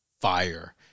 fire